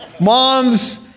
Mom's